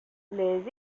les